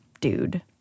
dude